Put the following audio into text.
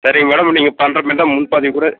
சரிங்க மேடம் நீங்கள் பண்ணுற மாதிரி இருந்தால் முன்பதிவு கூட